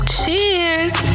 Cheers